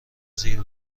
زیر